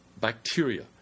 bacteria